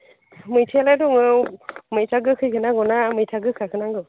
मैथायालाय दङ मैथा गोखैखौ नांगोना ना मैथा गोखाखौ नांगौ